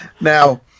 Now